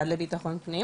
המשרד לביטחון פנים.